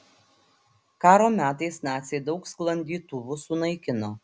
karo metais naciai daug sklandytuvų sunaikino